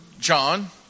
John